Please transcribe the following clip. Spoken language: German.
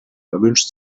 erwünscht